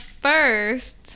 first